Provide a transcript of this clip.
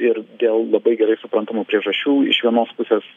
ir dėl labai gerai suprantamų priežasčių iš vienos pusės